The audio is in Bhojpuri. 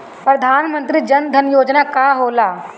प्रधानमंत्री जन धन योजना का होला?